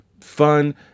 fun